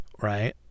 right